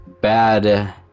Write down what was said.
bad